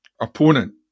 opponent